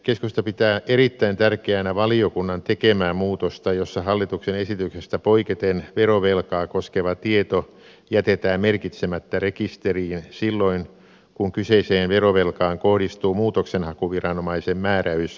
keskusta pitää erittäin tärkeänä valiokunnan tekemää muutosta jossa hallituksen esityksestä poiketen verovelkaa koskeva tieto jätetään merkitsemättä rekisteriin silloin kun kyseiseen verovelkaan kohdistuu muutoksenhakuviranomaisen määräys täytäntöönpanokiellosta